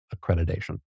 accreditation